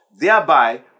thereby